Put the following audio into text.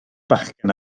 bachgen